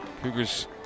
Cougars